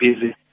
busy